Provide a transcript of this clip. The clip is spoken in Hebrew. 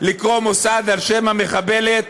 לקרוא מוסד על שם המחבלת